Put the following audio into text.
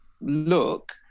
look